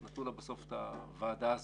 אז נתנו לה בסוף את הוועדה הזאת.